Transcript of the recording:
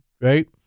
right